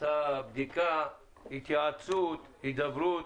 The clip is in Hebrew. עשה בדיקה, התייעצות, הידברות